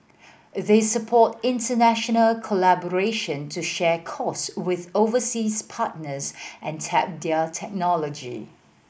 they support international collaboration to share costs with overseas partners and tap their technology